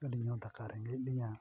ᱟᱹᱞᱤᱧ ᱦᱚᱸ ᱫᱟᱠᱟ ᱨᱮᱸᱜᱮᱡ ᱞᱤᱧᱟ